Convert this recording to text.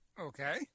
Okay